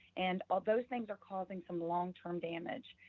and all those things are causing some long-term damage.